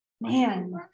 man